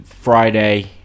friday